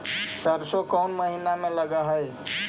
सरसों कोन महिना में लग है?